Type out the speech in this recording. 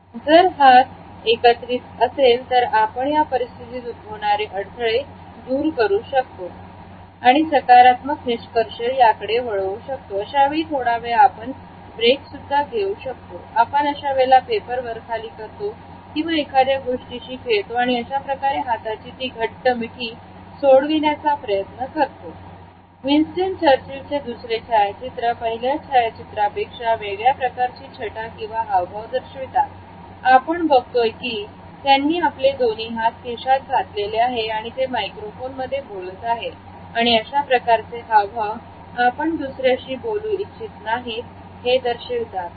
जर हात जाईल असेल तरच आपण त्या परिस्थितीत उद्भवणारे अडथळे दूर करू शकतो आणि सकारात्मक निष्कर्ष याकडे वळू शकतो अशावेळी थोडा वेळ आपण ती ब्रेक सुद्धा घेऊ शकतो आपण अशा वेळेला पेपर वर खाली करतो किंवा एखाद्या गोष्टीशी खेळतो आणि अशाप्रकारे हाताची ती घट्ट मिठी सोडविण्याचा प्रयत्न करतो विन्स्टन चर्चिल चे दुसरे छायाचित्र पहिल्या छायाचित्र पेक्षा वेगळ्या प्रकारचे छटा किंवा हावभाव दर्शवितात आपण बघतोय की त्यांनी आपले दोन्ही हात खिशात घातलेले आहेत आणि ते मायक्रोफोन मध्ये बोलत आहेत आणि अशा प्रकारचे हाव हाव आपण दुसऱ्याशी बोलू इच्छित नाही हे दर्शवतात